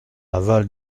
avale